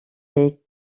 les